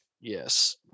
yes